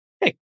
Hey